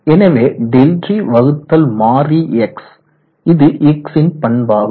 எனவே ΔT வகுத்தல் மாறி X இது X ன் பண்பாகும்